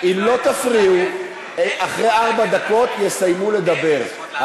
אם לא תפריעו, אחרי ארבע דקות יסיימו לדבר.